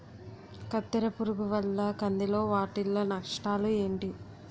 కత్తెర పురుగు వల్ల కంది లో వాటిల్ల నష్టాలు ఏంటి